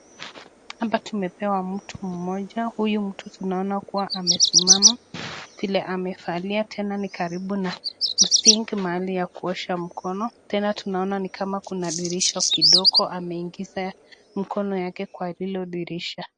hapa Tumepewa mtu mmoja. Huyu mtoto naona kuwa amesimama vile amevalia. Tena ni karibu na msingi mahali ya kuosha mkono. Tena tunaona ni kama kuna dirisha kidogo ameingiza mkono yake kwa hilo dirisha.